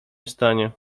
stanie